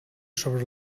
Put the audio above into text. sobre